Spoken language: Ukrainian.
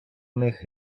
них